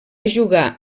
jugar